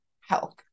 health